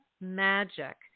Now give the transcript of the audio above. magic